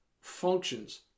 functions